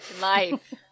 Life